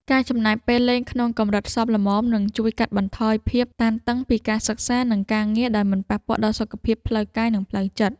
ការចំណាយពេលលេងក្នុងកម្រិតសមល្មមនឹងជួយកាត់បន្ថយភាពតានតឹងពីការសិក្សានិងការងារដោយមិនប៉ះពាល់ដល់សុខភាពផ្លូវកាយនិងផ្លូវចិត្ត។